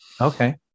Okay